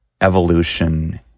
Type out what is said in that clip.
evolution